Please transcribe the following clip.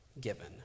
given